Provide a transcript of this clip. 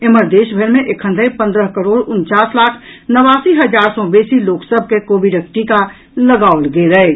एम्हर देश भरि मे एखन धरि पंद्रह करोड उनचास लाख नबासी हजार सँ बेसी लोक सभ के कोविडक टीका लगाओल गेल अछि